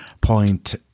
point